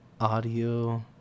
audio